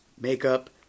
makeup